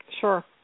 Sure